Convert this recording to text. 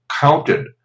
counted